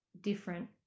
different